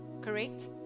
Correct